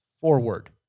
forward